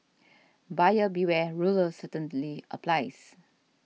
buyer beware ruler certainly applies